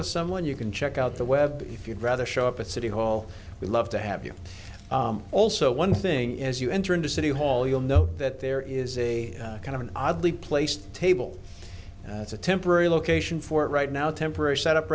with someone you can check out the web if you'd rather show up at city hall we'd love to have you also one thing as you enter into city hall you'll know that there is a kind of an oddly placed table it's a temporary location for right now temporary set up